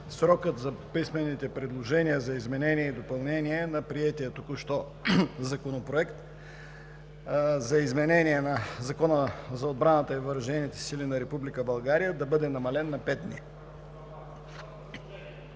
срокът за писмените предложения за изменение и допълнение на приетия току-що Законопроект за изменение и допълнение на Закона за отбраната и въоръжените сили на Република България да бъде намален на пет дни.